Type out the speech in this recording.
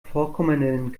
vorkommenden